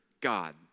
God